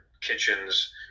kitchens